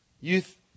Youth